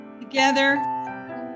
together